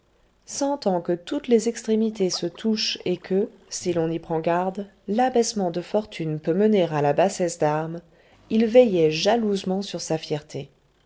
sentant que toutes les extrémités se touchent et que si l'on n'y prend garde l'abaissement de fortune peut mener à la bassesse d'âme il veillait jalousement sur sa fierté